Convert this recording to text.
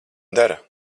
dara